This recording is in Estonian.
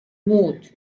muud